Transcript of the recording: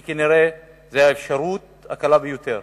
כי כנראה זאת האפשרות הקלה ביותר,